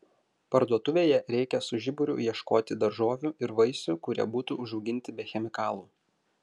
parduotuvėje reikia su žiburiu ieškoti daržovių ir vaisių kurie būtų užauginti be chemikalų